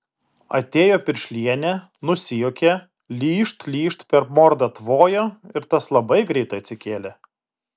atėjo piršlienė nusijuokė lyžt lyžt per mordą tvojo ir tas labai greitai atsikėlė